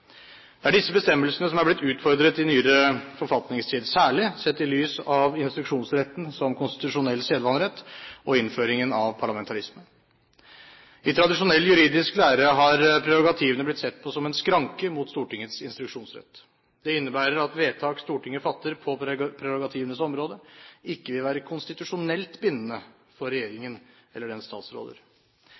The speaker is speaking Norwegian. Det er disse bestemmelsene som er blitt utfordret i nyere forfatningstid, særlig sett i lys av instruksjonsretten som konstitusjonell sedvanerett og innføring av parlamentarismen. I tradisjonell juridisk lære har prerogativene blitt sett på som en skranke mot Stortingets instruksjonsrett. Det innebærer at vedtak Stortinget fatter på prerogativenes område, ikke vil være konstitusjonelt bindende for regjeringen eller dens statsråder.